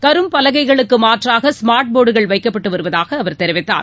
கரும்பலகைகளுக்கு மாற்றாக ஸ்மார்ட் போர்டுகள் வைக்கப்பட்டு வருவதாக அவர் தெரிவித்தார்